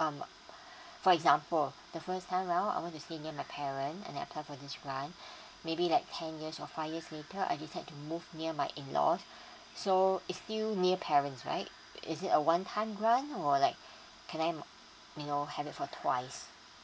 um for example the first time round I want to stay near my parent and apply for this grant maybe like ten years or five years later I decide to move near my in laws so it's still near parents right is it a one time grant or like can I you know have it for twice